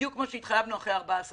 בדיוק כמו שהתחייבנו, אחרי 14 ימים.